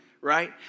right